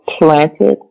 planted